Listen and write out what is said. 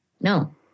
no